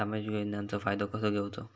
सामाजिक योजनांचो फायदो कसो घेवचो?